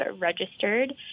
registered